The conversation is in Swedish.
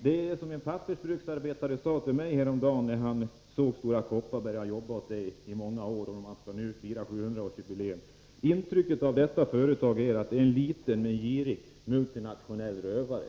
Det är som en pappersbruksarbetare sade till mig häromdagen om Stora — Nr 24 Kopparberg — han hade jobbat åt företaget i många år, och nu skall man fira Tisdagen den 700-årsjubileum: Intrycket av detta företag är att det är en liten men girig — 15 november 1983 multinationell rövare.